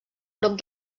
prop